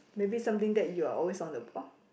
maybe something that you are always on the ball